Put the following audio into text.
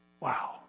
Wow